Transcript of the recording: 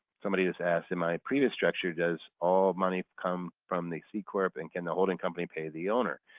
somebody just asked in my previous structure, does all money come from the c-corp and can the holding company pay the owner?